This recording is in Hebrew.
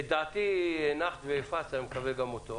את דעתי הנחת והפסת, אני מקווה גם אותו.